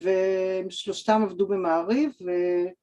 ‫ושלושתם עבדו במעריב.